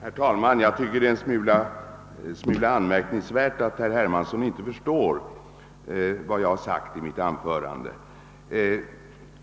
Herr talman! Jag tycker det är en smula anmärkningsvärt att herr Hermansson inte förstått vad jag sade i mitt förra anförande.